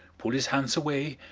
pull his hands away,